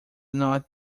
not